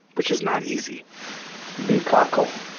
which is not easy be cockle.